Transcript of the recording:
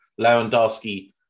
Lewandowski